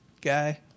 guy